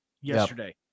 yesterday